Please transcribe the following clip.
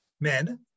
men